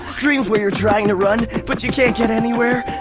dreams where you're trying to run but you can't get anywhere,